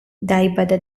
დაიბადა